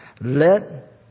Let